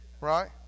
Right